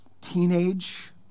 teenage